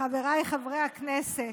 חבריי חברי הכנסת,